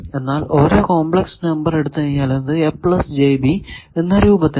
എന്നാൽ ഓരോ complex number എടുത്താലും അത് എന്ന രൂപത്തിലാണ്